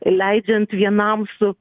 leidžiant vienam su